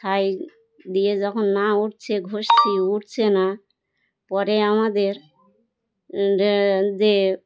ছাই দিয়ে যখন না উঠছে ঘষছি উঠছে না পরে আমাদের যে